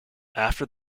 after